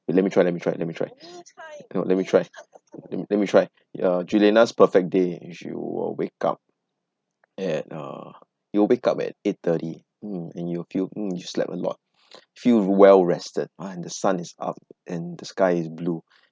let me try let me try let me try let me try let me try ya juliana's perfect day if you will wake up at uh you'll wake up at eight thirty mm and you will feel mm you slept a lot feel well rested ah the sun is up and the sky is blue